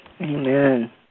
Amen